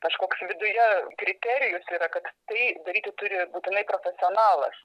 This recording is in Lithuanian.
kažkoks viduje kriterijus yra kad tai daryti turi būtinai profesionalas